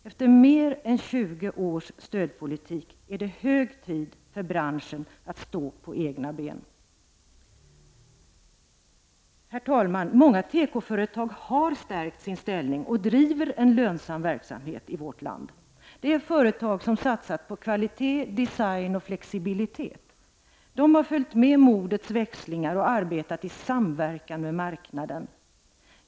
Efter mer än 20 års stödpolitik är det hög tid att branschen står på egna ben. Många tekoföretag har stärkt sin ställning och driver en lönsam verksamhet i vårt land. Det är företag som har satsat på kvalitet, design och flexibilitet. De har följt med när det gäller modets växlingar och har arbetat i samverkan med marknaden.